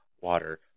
Water